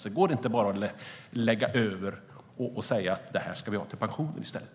Det går inte att bara lägga över dem och säga att det här ska vi ha till pensioner i stället.